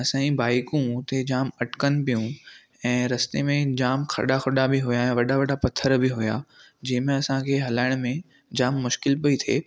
असांजी बाइकूं उते जाम अटकनि पियूं ऐं रस्ते में जाम खॾा खॾा बि हुआ वॾा वॾा पथर बि हुआ जंहिं में असांखे हलाइण में जाम मुश्किल पेई थिए